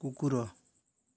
କୁକୁର